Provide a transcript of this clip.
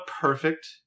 perfect